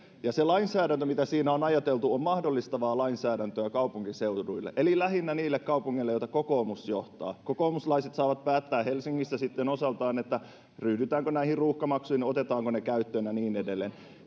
ja se lainsäädäntö mitä siinä on ajateltu on mahdollistavaa lainsäädäntöä kaupunkiseuduille eli lähinnä niille kaupungeille joita kokoomus johtaa kokoomuslaiset saavat päättää helsingissä sitten osaltaan ryhdytäänkö ruuhkamaksuihin otetaanko ne käyttöön ja niin edelleen